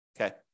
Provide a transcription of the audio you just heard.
okay